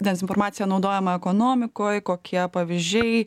dezinformacija naudojama ekonomikoj kokie pavyzdžiai